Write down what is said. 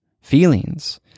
feelings